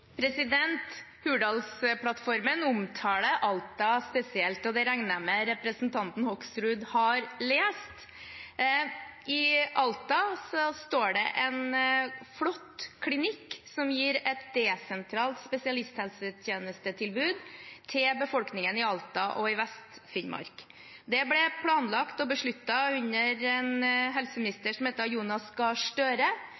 Hurdalsplattformen omtaler Alta spesielt, og det regner jeg med representanten Hoksrud har lest. I Alta står det en flott klinikk som gir et desentralt spesialisthelsetjenestetilbud til befolkingen i Alta og Vest-Finnmark. Det ble planlagt og besluttet under en